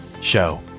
show